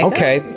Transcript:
Okay